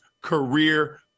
career